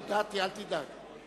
הודעתי, אל תדאג.